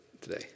today